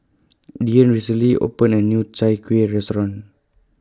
Deann recently opened A New Chai Kuih Restaurant